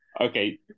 Okay